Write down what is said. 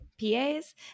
PAs